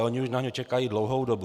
Oni už na ně čekají dlouhou dobu.